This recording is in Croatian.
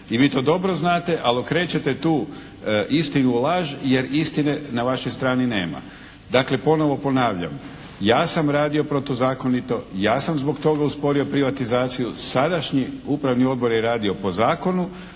I vi to dobro znate, ali okrećete tu istinu u laž, jer istine na vašoj strani nema. Dakle ponovo ponavljam. Ja sam radio protuzakonito, ja sam zbog toga usporio privatizaciju. Sadašnji upravni odbor je radio po zakonu,